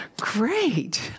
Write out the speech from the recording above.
great